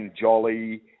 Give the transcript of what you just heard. Jolly